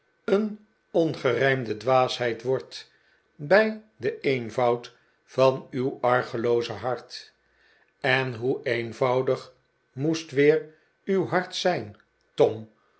een ongerijmde dwaasheid wordt bij den eenvoud van uw argelooze hart en hoe eenvoudig moest weer uw hart zijn tom